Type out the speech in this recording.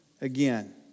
again